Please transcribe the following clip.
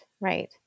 right